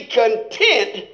content